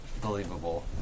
believable